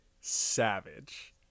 savage